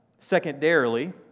secondarily